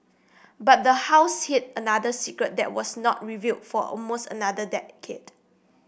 but the house hid another secret that was not revealed for almost another decade